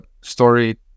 story